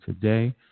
today